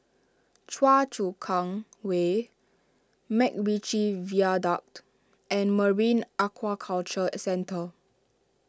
Choa Chu Kang Way MacRitchie Viaduct and Marine Aquaculture Centre